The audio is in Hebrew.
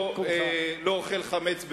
שרובו לא אוכל חמץ בפסח.